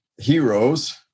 heroes